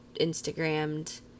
Instagrammed